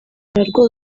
narwo